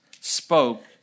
spoke